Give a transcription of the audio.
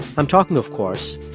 i'm talking, of course,